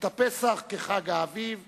את פסח כחג האביב